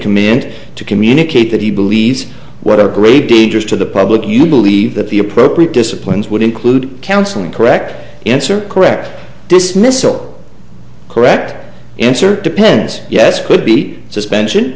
command to communicate that he believes whatever grave dangers to the public you believe that the appropriate disciplines would include counseling correct answer correct dismissal correct answer depends yes could be suspension